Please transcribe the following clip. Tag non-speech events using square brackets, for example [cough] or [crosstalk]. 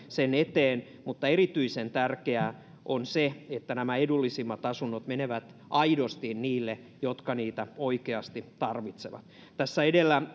[unintelligible] sen eteen mutta erityisen tärkeää on se että nämä edullisimmat asunnot menevät aidosti niille jotka niitä oikeasti tarvitsevat tässä edellä [unintelligible]